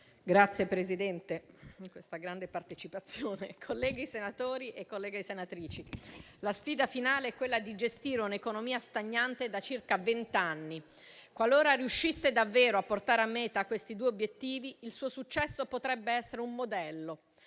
Signor Presidente, colleghi senatori e colleghe senatrici, la sfida finale è quella di gestire un'economia stagnante da circa vent'anni. Qualora riuscisse davvero a portare a meta questi due obiettivi, il suo successo potrebbe essere un modello;